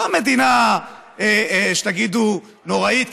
לא מדינה שתגידו נוראית,